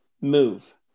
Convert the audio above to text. move